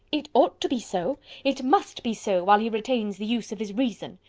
it ought to be so it must be so, while he retains the use of his reason.